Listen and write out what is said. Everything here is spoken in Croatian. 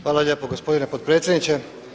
Hvala lijepo gospodine potpredsjedniče.